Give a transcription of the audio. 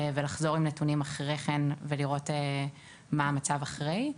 ולחזור עם נתונים אחרי כן, ולראות מה המצב אחרי.